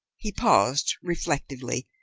he paused reflectively,